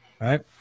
right